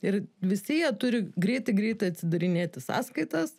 ir visi jie turi greitai greitai atsidarinėti sąskaitas